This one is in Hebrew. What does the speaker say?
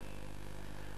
לאפיקים